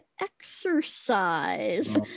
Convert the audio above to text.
exercise